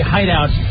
Hideout